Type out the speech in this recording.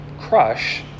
crush